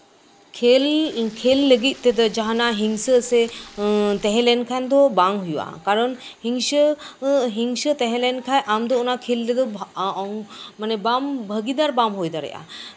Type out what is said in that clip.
ᱠᱷᱮᱞ ᱠᱷᱮᱞ ᱞᱟᱹᱜᱤᱫᱛᱮ ᱛᱮᱫᱚ ᱡᱟᱹᱦᱟᱱᱟᱜ ᱦᱤᱝᱥᱟᱹ ᱥᱮ ᱛᱟᱦᱮᱸ ᱞᱮᱱᱠᱷᱟᱱ ᱫᱚ ᱵᱟᱝ ᱦᱩᱭᱩᱜᱼᱟ ᱦᱤᱝᱥᱟᱹ ᱛᱟᱦᱮᱸ ᱞᱮᱱᱠᱷᱟᱱ ᱟᱢ ᱫᱚ ᱚᱱᱟ ᱠᱷᱮᱞ ᱨᱮᱫᱚ ᱵᱟᱝ ᱵᱷᱟᱜᱤᱫᱟᱨ ᱵᱟᱢ ᱦᱩᱭ ᱫᱟᱲᱮᱭᱟᱜᱼᱟ